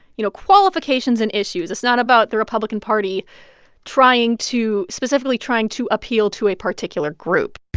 you know, qualifications and issues. it's not about the republican party trying to specifically trying to appeal to a particular group